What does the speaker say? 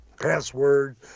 password